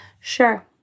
Sure